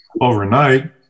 overnight